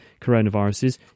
coronaviruses